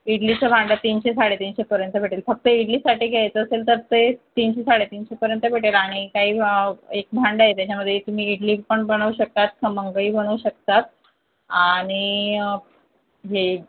इडलीचं भांडं तीनशे साडेतीनशे पर्यंत भेटेल फक्त इडलीसाठी घ्यायचं असेल तर ते तीनशे साडेतीनशे पर्यंत भेटेल आणि काही एक भांडं आहे त्याच्यामध्ये तुम्ही इडली पण बनवू शकतात खमंग ही बनवू शकतात आणि हे